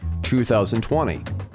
2020